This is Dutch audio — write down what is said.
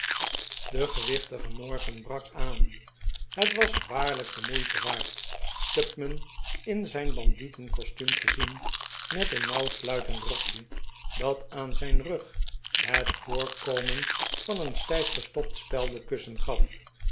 de gewich'tige morgen brak a an het was waarlijk de moeite waard tupman in zijn bandietencostuum te zien met een nauwsluitend rokje dat aan zijn rug het voorkomen van een stijf gestopt speldenkussen gaf